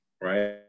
right